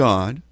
God